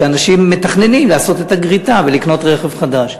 כי אנשים מתכננים לעשות גריטה ולקנות רכב חדש.